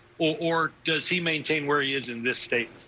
or does he maintain where he is in this state.